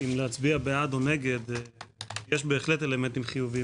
אם להצביע בעד או נגד - יש בהחלט אלמנטים חיוביים